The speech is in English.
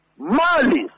malice